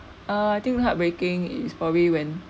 uh I think heartbreaking is probably when